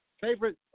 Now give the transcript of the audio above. Favorite